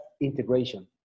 integration